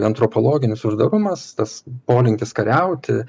antropologinis uždarumas tas polinkis kariauti